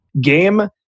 Game